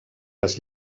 les